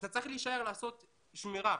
אתה צריך להישאר לעשות שמירה,